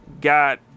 got